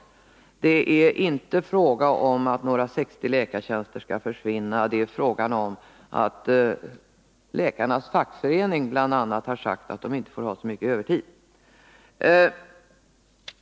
Det är inte fråga om att några 60 läkartjänster skall försvinna. Det är fråga om att bl.a. läkarnas fackförening har sagt att läkarna inte får ha så mycket övertid.